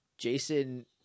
Jason